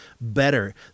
better